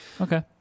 Okay